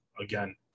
again